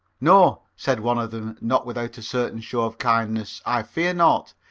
no, said one of them, not without a certain show of kindness. i fear not.